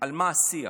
על מה השיח.